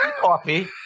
coffee